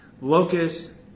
locust